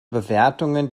bewertungen